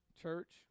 church